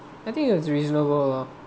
I think it was reasonable ah